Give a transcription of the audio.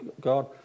God